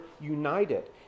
united